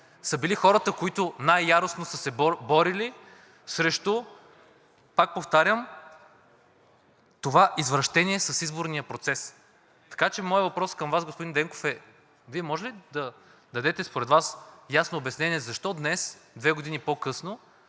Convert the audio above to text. са били хората, които най-яростно са се борили срещу, пак повтарям, това извращение с изборния процес, така че моят въпрос към Вас, господин Денков, е: Вие може ли да дадете според Вас ясно обяснение защо днес – две години по-късно,